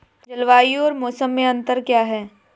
जलवायु और मौसम में अंतर क्या है?